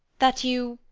that you?